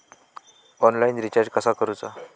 Online recharge कसा करूचा?